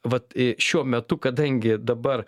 vat šiuo metu kadangi dabar